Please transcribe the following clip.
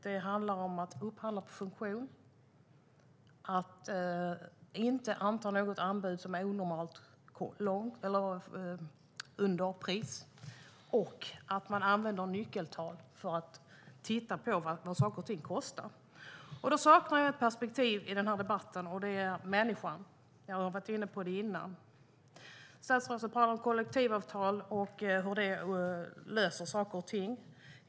Det handlar om att upphandla utifrån funktion, om att inte anta något anbud som är onormalt långt under i pris och att man ska använda nyckeltal för att titta på vad saker och ting kostar. Jag saknar ett perspektiv i debatten: människan. Jag har varit inne på det tidigare. Statsrådet talar om kollektivavtal och hur det löser saker och ting.